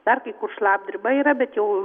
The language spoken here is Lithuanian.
dar kai kur šlapdriba yra bet jau